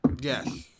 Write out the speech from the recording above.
yes